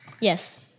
Yes